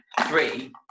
three